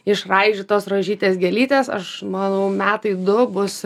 išraižytos rožytės gėlytės aš manau metai du bus